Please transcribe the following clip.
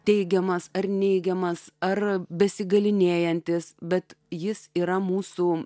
teigiamas ar neigiamas ar besigalynėjantis bet jis yra mūsų